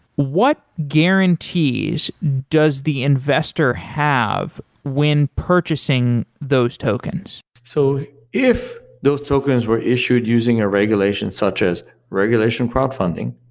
what guarantees does the investor have when purchasing those tokens? so if those tokens were issued using a regulation such as regulation crowdfunding,